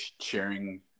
sharing –